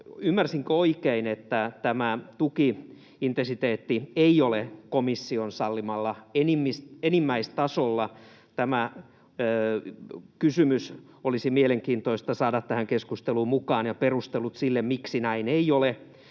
Ymmärsinkö oikein, että tämä tuki-intensiteetti ei ole komission sallimalla enimmäistasolla? Tämä kysymys olisi mielenkiintoista saada tähän keskusteluun mukaan ja perustelut sille, miksi näin ei ole.